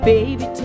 Baby